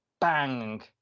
bang